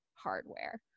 hardware